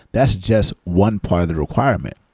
that's just one part of the requirement.